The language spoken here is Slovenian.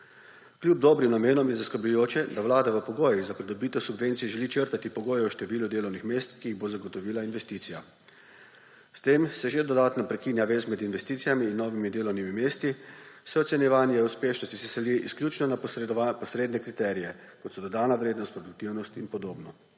Kljub dobrim namenom je zaskrbljujoče, da Vlada v pogojih za pridobitev subvencij želi črtati pogoj o številu delovnih mest, ki jih bo zagotovila investicija. S tem se že dodatno prekinja vez med investicijami in novimi delovnimi mesti, saj se ocenjevanje uspešnosti seli izključno na posredne kriterije, kot so dodana vrednost, produktivnost in podobno.